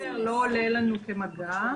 לא עולה לנו כמגע.